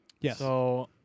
Yes